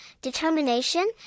determination